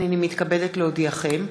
הנני מתכבדת להודיעכם,